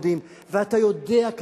ואתה יודע באיזה בתי-ספר הם לומדים,